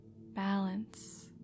balance